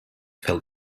fell